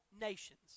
nations